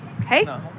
Okay